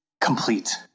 complete